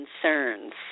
concerns